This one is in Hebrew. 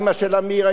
אמא של אמיר,